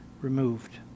removed